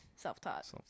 self-taught